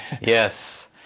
Yes